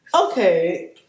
Okay